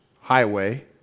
highway